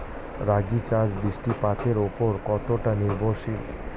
রাগী চাষ বৃষ্টিপাতের ওপর কতটা নির্ভরশীল?